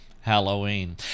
Halloween